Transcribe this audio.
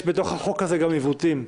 יש בתוך החוק הזה גם עיוותים.